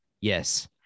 Yes